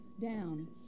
down